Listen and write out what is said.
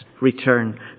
return